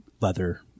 leather